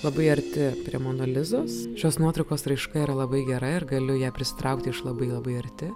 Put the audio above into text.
labai arti prie mona lizos šios nuotraukos raiška yra labai gera ir galiu ją prisitraukti iš labai labai arti